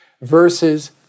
versus